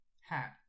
Hat